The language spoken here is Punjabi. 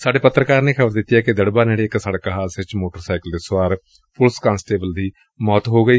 ਸਾਡੇ ਪੱਤਰਕਾਰ ਨੇ ਖ਼ਬਰ ਦਿੱਤੀ ਏ ਕਿ ਦਿੜੁਬਾ ਨੇੜੇ ਇਕ ਸੜਕ ਹਾਦਸੇ ਚ ਮੋਟਰ ਸਾਈਕਲ ਤੇ ਸੁਆਰ ਪੁਲਿਸ ਕਾਂਸਟੇਬਲ ਦੀ ਮੌਤ ਹੋ ਗਈ